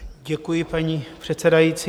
Děkuji, paní předsedající.